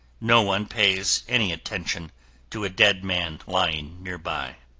no one pays any attention to a dead man lying nearby.